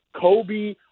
Kobe